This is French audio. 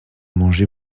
mangé